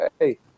hey